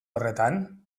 horretan